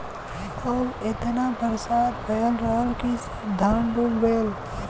अब एतना बरसात भयल रहल कि सब धान डूब गयल